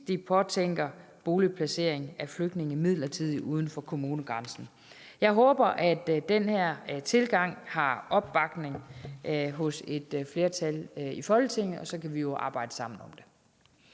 de påtænker boligplacering af flygtninge midlertidigt uden for kommunegrænsen. Jeg håber, at den her tilgang har opbakning hos et flertal i Folketinget, og så kan vi jo arbejde sammen om det.